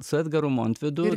su edgaru montvidu